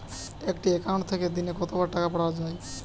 একটি একাউন্ট থেকে দিনে কতবার টাকা পাঠানো য়ায়?